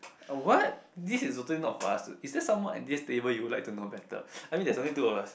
a what this is totally not for us is there someone at this table you would like to know better I mean there is only two of us